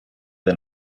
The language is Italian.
the